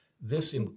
this-